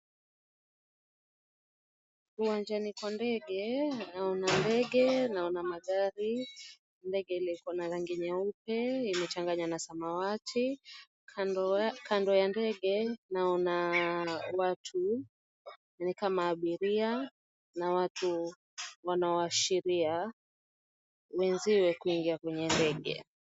Uwanjani kwa ndege naona ndege, naona magari. Ndege liko na rangi nyeupe, imechanganywa na samawati. Kando ya ndege naona watu, nikama abiria na watu wanaoashiria wenziwe kuingia kwenye ndege,